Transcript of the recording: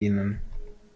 ihnen